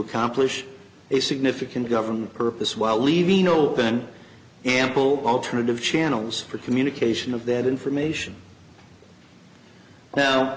accomplish a significant government purpose while leaving open ample alternative channels for communication of that information now